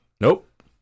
Nope